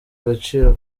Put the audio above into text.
agaciro